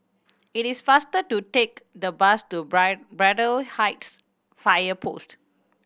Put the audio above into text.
it is faster to take the bus to Braddell Heights Fire Post